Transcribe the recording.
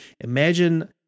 imagine